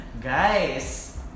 guys